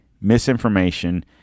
misinformation